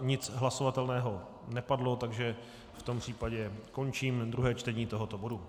Nic hlasovatelného nepadlo, takže v tom případě končím druhé čtení tohoto bodu.